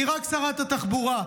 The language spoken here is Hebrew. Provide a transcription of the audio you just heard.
היא רק שרת התחבורה.